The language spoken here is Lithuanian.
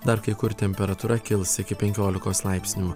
dar kai kur temperatūra kils iki penkiolikos laipsnių